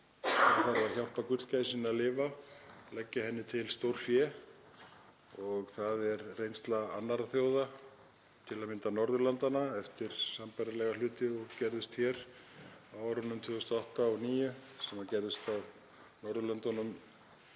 það þarf að hjálpa gullgæsinni að lifa, leggja henni til stórfé. Það er reynsla annarra þjóða, til að mynda Norðurlandanna eftir sambærilega hluti og gerðust hér á árunum 2008 og 2009 sem gerðust á Norðurlöndunum